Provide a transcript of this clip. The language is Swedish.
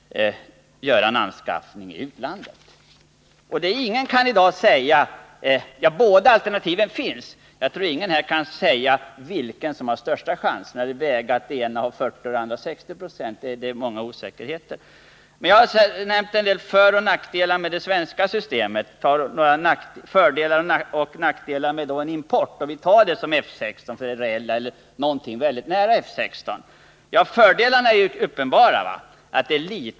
Båda alternativen är möjliga, och jag tror inte att någon i dag kan säga vilket som har de största chanserna — att det ena skulle ha 40 och det andra 60 26 chans. Det finns många osäkerhetsfaktorer. Jag har nämnt en del föroch nackdelar med det svenska systemet, och jag vill också nämna några fördelar och nackdelar med en import. Låt oss tänka oss F 16 eller någonting nära det planet. Fördelarna är uppenbara.